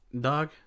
dog